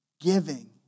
giving